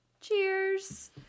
cheers